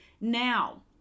Now